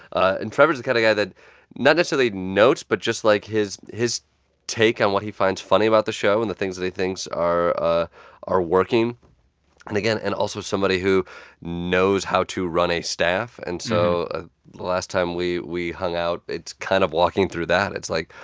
and trevor is the kind of guy that not necessarily notes, but just, like, his his take on what he finds funny about the show and the things that he thinks are ah are working and again, and also somebody who knows how to run a staff and so ah last time we we hung out, it's kind of walking through that. it's like,